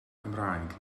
cymraeg